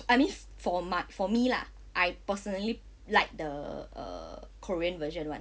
I mean for my for me lah I personally like the uh korean version [one]